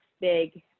big